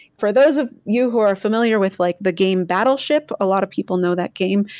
for those of you who are familiar with like the game battleship, a lot of people know that game,